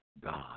God